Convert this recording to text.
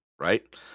right